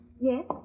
Yes